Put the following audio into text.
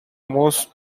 most